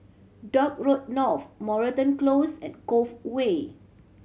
Dock Road North Moreton Close and Cove Way